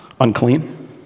unclean